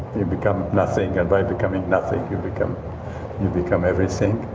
you become nothing, and by becoming nothing you become you become everything.